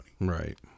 Right